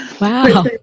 wow